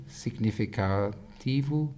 significativo